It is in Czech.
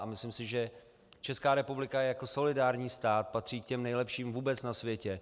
A myslím si, že Česká republika jako solidární stát patří k těm nejlepším vůbec na světě.